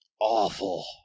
awful